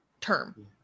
term